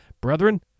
Brethren